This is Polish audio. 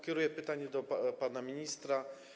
Kieruję pytanie do pana ministra.